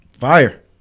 Fire